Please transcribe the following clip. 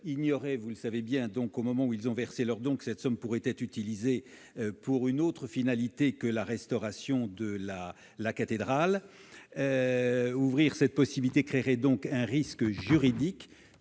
ignoraient, au moment où ils ont versé leurs dons, que cette somme pourrait être utilisée pour une autre finalité que la restauration de la cathédrale. Ouvrir cette possibilité créerait donc un risque juridique.